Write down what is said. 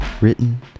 written